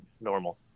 normal